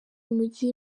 mujyi